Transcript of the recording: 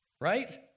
right